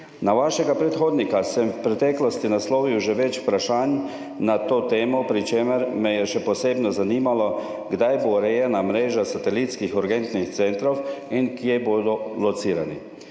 Na vašega predhodnika sem v preteklosti naslovil že več vprašanj na to temo, pri čemer me je še posebej zanimalo, kdaj bo urejena mreža satelitskih urgentnih centrov in kje bodo locirani.